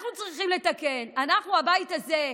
אנחנו צריכים לתקן, אנחנו, הבית הזה.